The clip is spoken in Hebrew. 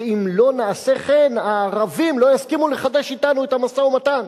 שאם לא נעשה כן הערבים לא יסכימו לחדש אתנו את המשא-ומתן.